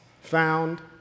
found